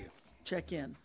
you check in